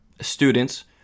students